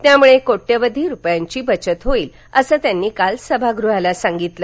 यामुळे कोटयावधी रुपयांची बचत होईल असं त्यांनी काल सभागृहाला सांगितलं